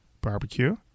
barbecue